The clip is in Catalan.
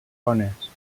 zones